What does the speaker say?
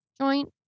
joint